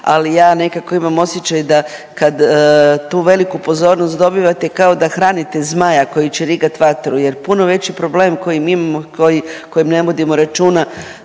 ali ja nekako imamo osjećaj da kad tu veliku pozornost dobivate, kao da hranite zmaja koji će rigati vatru jer puno veći problem koji mi imamo, o kojem ne vodimo računa,